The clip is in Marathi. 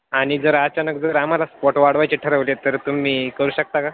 आणि जर अचानक जर आम्हाला स्पॉट वाढवायचे ठरवले तर तुम्ही करू शकता का